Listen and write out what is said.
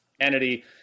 entity